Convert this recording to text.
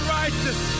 righteous